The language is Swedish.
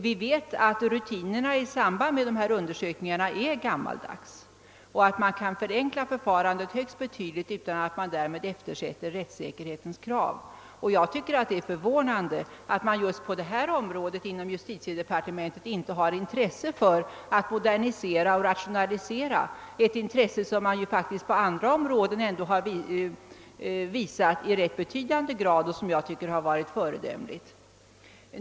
Vi vet att rutinerna i samband med dessa undersökningar är gammalmodiga och att förfarandet kan förenklas högst betydligt utan att därmed rättssäkerhetskravet eftersätts. Jag tycker att det är förvånande att man inom just detta område av justitiedepartementet inte har intresse för att modernisera och rationalisera, något som man i rätt be tydande grad och rätt föredömligt gått in för på andra områden.